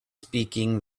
speaking